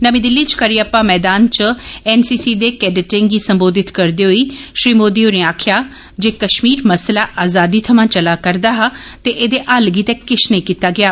नमीं दिल्ली च करिअप्पा मैदान च एन सी सी दे कैडटें गी सम्बोधित करदे होई श्री मोदी होरें आक्खेआ जे कश्मीर मसला आज़ादी थमां चला करदा हा ते एहदे हल गित्तै किश नेई कीता गेआ